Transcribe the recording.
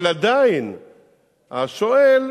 אבל עדיין השואל